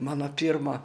mano pirmą